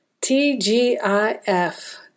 T-G-I-F